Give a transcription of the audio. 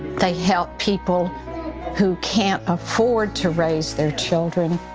they help people who can't afford to raise their children,